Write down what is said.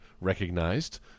recognized